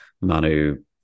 Manu